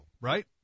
right